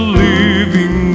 living